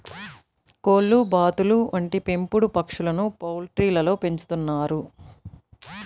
కోళ్లు, బాతులు వంటి పెంపుడు పక్షులను పౌల్ట్రీలలో పెంచుతున్నారు